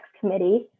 Committee